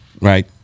right